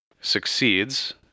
succeeds